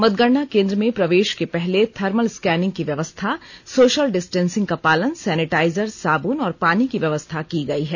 मतगणना केंद्र में प्रवेश के पहले थर्मल स्कैनिंग की व्यवस्था सोशल डिस्टेंसिंग का पालन सैनिटाइजर साबुन और पानी की व्यवस्था की गई है